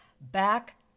Back